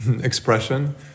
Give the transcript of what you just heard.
expression